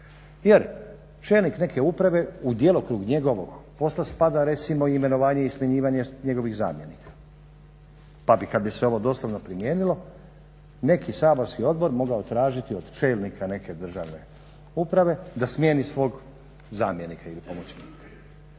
Jer čelnik neke uprave, u djelokrug njegovog posla spada recimo i imenovanje i smjenjivanje njegovih zamjenika pa bi kad bi se ovo doslovno primijenilo neki saborski odbor mogao tražiti od čelnika neke državne uprave da smijeni svog zamjenika ili pomoćnika.